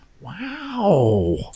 Wow